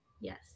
Yes